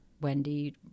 Wendy